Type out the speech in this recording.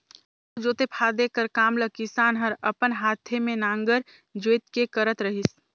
आघु जोते फादे कर काम ल किसान हर अपन हाथे मे नांगर जोएत के करत रहिस